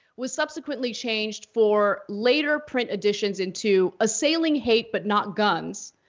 was subsequently changed for later print editions into assailing hate but not guns.